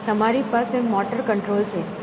તમારી પાસે motor control છે